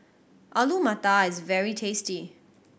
Alu Matar is very tasty